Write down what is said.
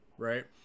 Right